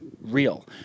real